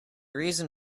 reason